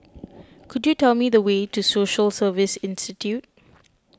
could you tell me the way to Social Service Institute